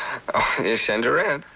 send her in.